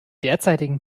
derzeitigen